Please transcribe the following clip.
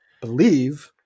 believe